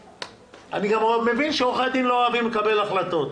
אני גם מבין שעורכי דין לא אוהבים לקבל החלטות.